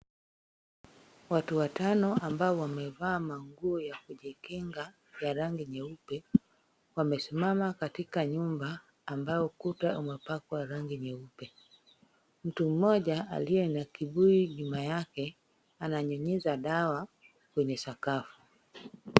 Watu watano ambao wamevaa manguo ya kujikinga ya rangi nyeupe, wamesimama katika nyumba ambao kuta umepakwa rangi nyeupe. Mtu mmoja aliye na kibuyu nyuma yake ananyunyiza dawa kwenye sakafu.